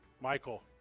Michael